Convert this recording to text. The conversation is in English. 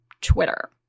Twitter